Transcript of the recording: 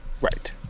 Right